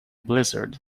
blizzard